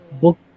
book